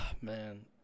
Man